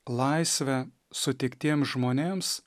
laisvę sutiktiem žmonėms